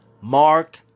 Mark